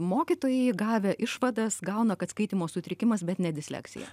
mokytojai gavę išvadas gauna kad skaitymo sutrikimas bet ne disleksija